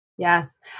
Yes